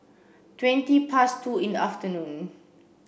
twenty past two in the afternoon